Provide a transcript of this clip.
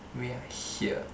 we are here